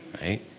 right